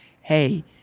hey